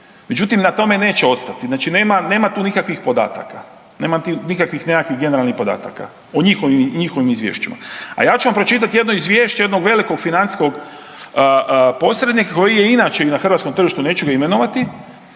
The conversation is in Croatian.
Međutim, na tome neće ostati, nema tu nikakvih podataka, nema nikakvih nekakvih generalnih podataka u njihovim izvješćima, a ja ću vam pročitati jedno izvješće jednog velikog financijskog posrednika koji je inače i na hrvatskom tržištu, neću ga imenovati,